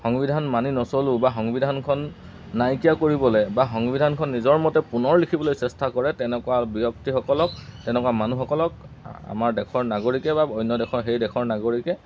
সংবিধান মানি নচলোঁ বা সংবিধানখন নাইকিয়া কৰিবলৈ বা সংবিধানখন নিজৰ মতে পুনৰ লিখিবলৈ চেষ্টা কৰে তেনেকুৱা ব্যক্তিসকলক তেনেকুৱা মানুহসকলক আমাৰ দেশৰ নাগৰিকে বা অন্য দেশৰ সেই দেশৰ নাগৰিকে